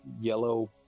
yellow